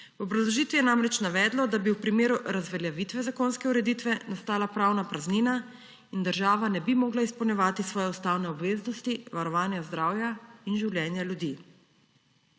V obrazložitvi je namreč navedlo, da bi v primeru razveljavitve zakonske ureditve nastala pravna praznina in država ne bi mogla izpolnjevati svoje ustavne obveznosti varovanja zdravja in življenja ljudi.